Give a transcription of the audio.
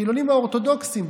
החילונים האורתודוקסים.